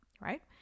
right